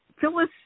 Phyllis